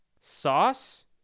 sauce